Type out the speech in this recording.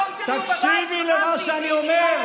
תקשיבי למה שאני אומר.